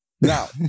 Now